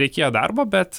reikėjo darbo bet